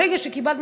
כמעט,